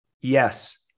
Yes